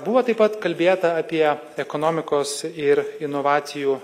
buvo taip pat kalbėta apie ekonomikos ir inovacijų